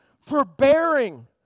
Forbearing